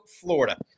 Florida